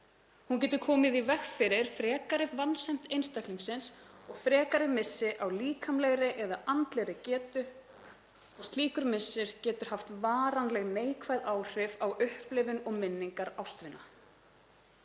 Hún getur komið í veg fyrir frekari vansæmd einstaklingsins og frekari missi á líkamlegri eða andlegri getu. Slíkur missir getur haft varanleg neikvæð áhrif á upplifun og minningar ástvina.